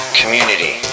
community